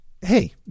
hey